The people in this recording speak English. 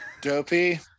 Dopey